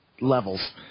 levels